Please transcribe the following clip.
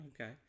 Okay